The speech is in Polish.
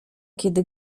kiedy